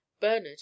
Bernard